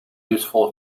useful